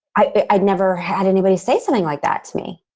i'd never had anybody say something like that to me.